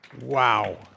Wow